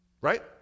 Right